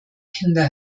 kinder